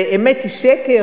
אמת היא שקר,